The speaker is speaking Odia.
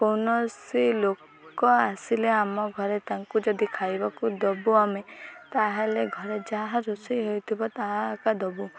କୌଣସି ଲୋକ ଆସିଲେ ଆମ ଘରେ ତାଙ୍କୁ ଯଦି ଖାଇବାକୁ ଦବୁ ଆମେ ତା'ହେଲେ ଘରେ ଯାହା ରୋଷେଇ ହୋଇଥିବ ତାହା ଏକା ଦବୁ